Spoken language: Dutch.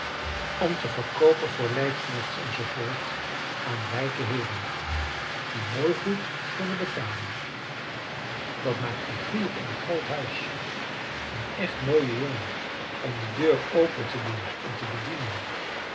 om te verkoopen voor lijfknechts en zoo voort aan rijke heeren die mooi goed kunnen betalen dat maakt figuur in een groot huis een echt mooie jongen om de deur open te doen en te bedienen